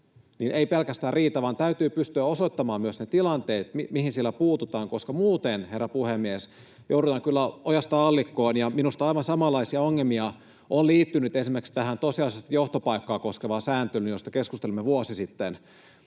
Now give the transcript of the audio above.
ei pelkästään riitä, vaan täytyy pystyä osoittamaan myös ne tilanteet, mihin sillä puututaan, koska muuten, herra puhemies, joudutaan kyllä ojasta allikkoon. Minusta aivan samanlaisia ongelmia on liittynyt esimerkiksi tähän tosiasiallista johtopaikkaa koskevaan sääntelyyn, josta keskustelimme vuosi sitten,